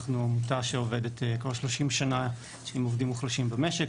אנחנו עמותה שעובדת כבר 30 שנה עם עובדים מוחלשים במשק,